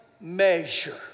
measure